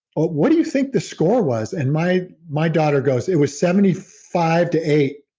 what what do you think the score was? and my my daughter goes, it was seventy five to eight.